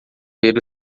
ver